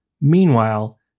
Meanwhile